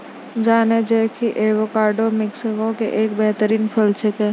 जानै छौ कि एवोकाडो मैक्सिको के एक बेहतरीन फल छेकै